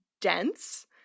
dense